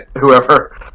whoever